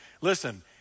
Listen